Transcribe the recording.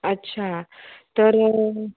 अच्छा तर